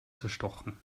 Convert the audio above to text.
zerstochen